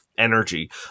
energy